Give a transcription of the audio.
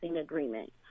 agreement